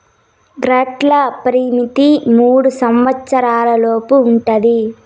గ్రాంట్ల పరిమితి మూడు సంవచ్చరాల లోపు ఉంటది